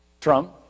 Trump